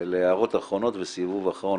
ואלה הערות אחרות וסיבוב אחרון.